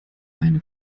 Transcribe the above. eine